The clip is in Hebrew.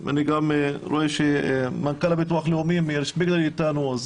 אני רואה שמנכ"ל הביטוח הלאומי מאיר שפיגלר איתנו,